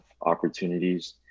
opportunities